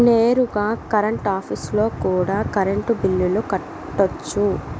నేరుగా కరెంట్ ఆఫీస్లో కూడా కరెంటు బిల్లులు కట్టొచ్చు